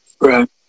Right